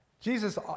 Jesus